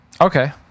Okay